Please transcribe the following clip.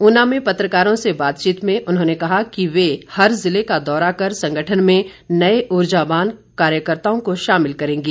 उना में पत्रकारों से बातचीत में उन्होंने कहा कि वे हर ज़िले का दौरा कर संगठन में नए उर्जावान कार्यकर्ताओं को शामिल करेंगें